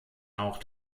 auch